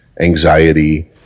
anxiety